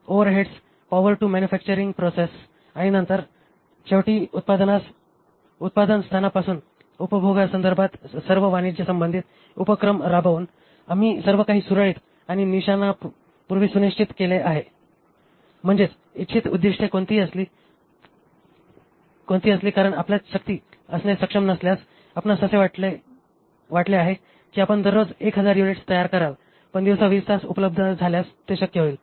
overheads power to manufacturing process आणि नंतर शेवटी उत्पादनास उत्पादनस्थानापासून उपभोगासंदर्भात सर्व वाणिज्य संबंधित उपक्रम राबवून आम्ही सर्व काही सुरळीत आणि निशाणापूर्वी सुनिश्चित केले आहे म्हणजेच इच्छित उद्दीष्टे कोणतीही असली कारण आपल्यात शक्ती असणे सक्षम नसल्यास आपणास असे वाटले आहे की आपण दररोज १००० युनिट्स तयार कराल पण दिवसा २० तास वीज उपलब्ध झाल्यास ते शक्य होईल